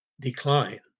decline